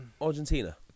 Argentina